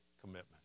commitment